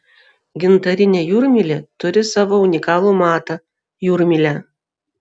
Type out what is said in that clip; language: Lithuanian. gintarinė jūrmylė turi savo unikalų matą jūrmylę